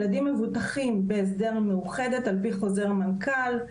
ילדים מבוטחים בהסדר מאוחדת על פי חוזר מנכ"ל.